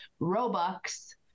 Robux